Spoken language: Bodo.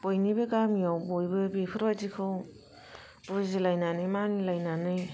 बयनिबो गामियाव बयबो बेफोरबायदिखौ बुजिलायनानै मानिलायनानै